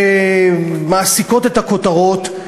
שמעסיקות את הכותרות,